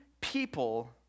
people